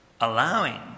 allowing